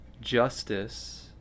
justice